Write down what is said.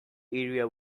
area